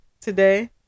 today